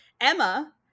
Emma